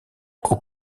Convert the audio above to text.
aux